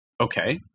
Okay